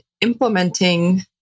implementing